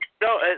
no